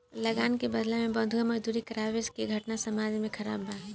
लगान के बदला में बंधुआ मजदूरी करावे के घटना समाज में खराब बा